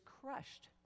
crushed